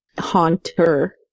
haunter